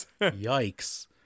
Yikes